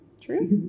True